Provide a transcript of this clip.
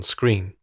Screen